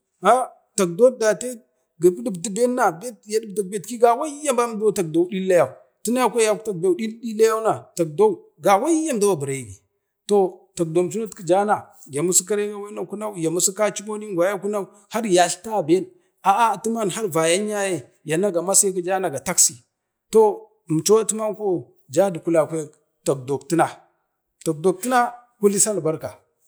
takdee date yaɗib dak karenyi gavaiya na takdou ɗillayou, tuna kwaya yakwta betki you na takdou gavaiya əmdau abiregi, toh tagɗam chino no jana ya misi karen aven ye akunau, ya mishi ka chimon ingwai ye akunau, yatleta ben atiman vayan yaye yaka ga masi ne ga taksi toh inchoman juju kulakwek takdok tina, takdok tina kuli sal barka